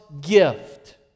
gift